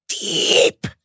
deep